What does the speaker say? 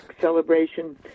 celebration